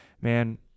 Man